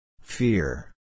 Fear